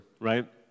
right